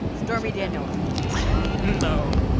stormy daniels no.